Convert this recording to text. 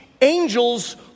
angels